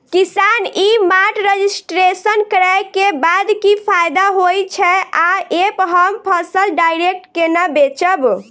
किसान e mart registration करै केँ बाद की फायदा होइ छै आ ऐप हम फसल डायरेक्ट केना बेचब?